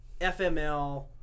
FML